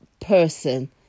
person